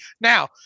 Now